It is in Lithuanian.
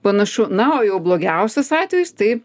panašu na o jau blogiausias atvejis tai